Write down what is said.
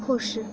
खुश